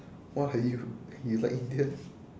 what are you you like indians